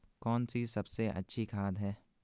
कौन सी सबसे अच्छी खाद है?